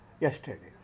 yesterday